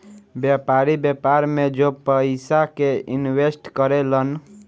व्यापारी, व्यापार में जो पयिसा के इनवेस्ट करे लन